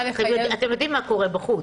אתם יודעים מה קורה בחוץ?